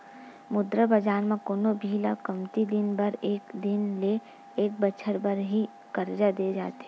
मुद्रा बजार म कोनो भी ल कमती दिन बर एक दिन ले एक बछर बर ही करजा देय जाथे